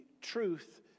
truth